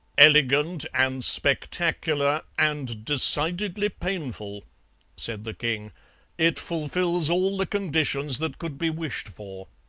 elegant and spectacular, and decidedly painful said the king it fulfils all the conditions that could be wished for